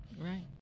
Right